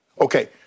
Okay